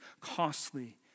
costly